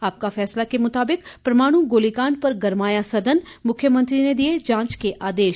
आपका फैसला के मुताबिक परवाणु गोलीकांड पर गर्माया सदन मुख्यमंत्री ने दिए जांच के आदेश